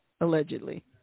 Allegedly